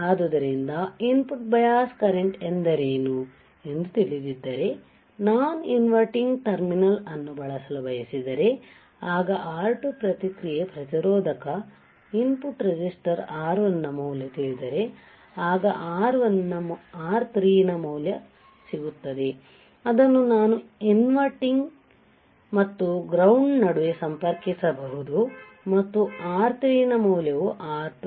ಆದ್ದರಿಂದ input bias current ಎಂದರೇನು ಎಂದು ತಿಳಿದಿದ್ದರೆನಾನ್ ಇನ್ವರ್ಟಿಂಗ್ ಟರ್ಮಿನಲ್ ಅನ್ನು ಬಳಸಲು ಬಯಸಿದರೆ ಆಗ R2 ಪ್ರತಿಕ್ರಿಯೆ ಪ್ರತಿರೋಧಕ ಇನ್ ಪುಟ್ ರೆಸಿಸ್ಟರ್ R1 ನ ಮೌಲ್ಯ ತಿಳಿದರೆ ಆಗ R3 ನ ಮೌಲ್ಯಸಿಗುತ್ತದೆ ಅದನ್ನು ನಾನ್ ಇನ್ವರ್ಟಿಂಗ್ ಮತ್ತು ಗ್ರೌಂಡ್ ನಡುವೆ ಸಂಪರ್ಕಿಸಬಹುದು ಮತ್ತು R3 ನ ಮೌಲ್ಯವು R2